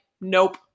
nope